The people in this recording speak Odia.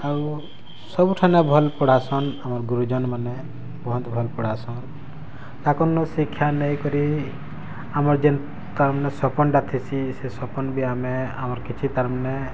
ଆଉ ସବୁଠାନେ ଭଲ୍ ପଢ଼ାସନ୍ ଆମର୍ ଗୁରୁଜନ୍ ମାନେ ବହୁତ୍ ଭଲ୍ ପଢ଼ାସନ୍ ତାକର୍ ନୁ ଶିକ୍ଷା ନେଇକରି ଆମର୍ ଯେନ୍ ତାର୍ ମାନେ ସପନ୍ ଟା ଥିସି ସେ ସପନ୍ ବି ଆମେ ଆମର୍ କିଛି ତାର୍ ମନେ